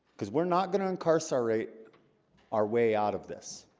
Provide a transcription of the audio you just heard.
because we're not going to incarcerate our way out of this